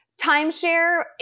timeshare